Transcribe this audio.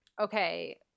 okay